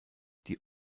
die